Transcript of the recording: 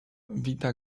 vita